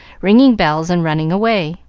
ringing bells, and running away.